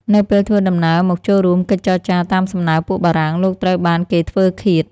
នៅពេលធ្វើដំណើរមកចូលរួមកិច្ចចរចាតាមសំណើពួកបារាំង លោកត្រូវបានគេធ្វើឃាត។